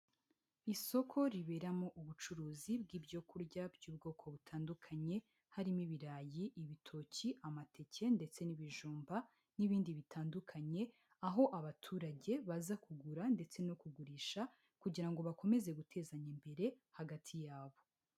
Isoko riberamo ubucuruzi bw'ibyokurya by'ubwoko butandukanye, harimo ibirayi, ibitoki, amateke, ndetse n'ibijumba n'ibindi bitandukanye, aho abaturage baza kugura ndetse no kugurisha kugira ngo bakomeze gutezanya imbere hagati yabo.